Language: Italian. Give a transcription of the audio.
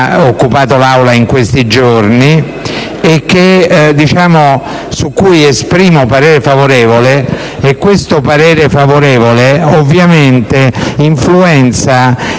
occupato l'Aula in questi giorni, e su cui esprimo parere favorevole. Tale parere favorevole ovviamente influenza